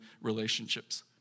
relationships